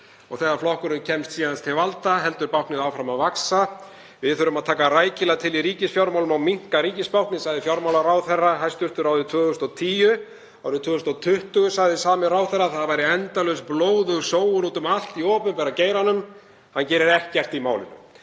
Þegar flokkurinn kemst síðan til valda heldur báknið áfram að vaxa. Við þurfum að taka rækilega til í ríkisfjármálunum og minnka ríkisbáknið, sagði hæstv. fjármálaráðherra árið 2010. Árið 2020 sagði sami ráðherra að það væri endalaus blóðug sóun úti um allt í opinbera geiranum. Hann gerir ekkert í málinu.